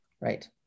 Right